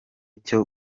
cyo